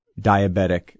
diabetic